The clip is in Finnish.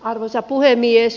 arvoisa puhemies